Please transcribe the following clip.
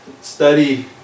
study